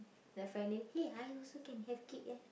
like finally !yay! I also can have kid eh